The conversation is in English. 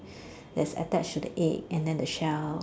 that's attached to the egg and then the shell